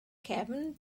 cefn